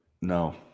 no